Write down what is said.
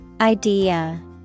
Idea